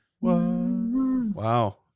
Wow